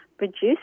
reduce